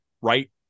right